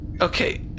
Okay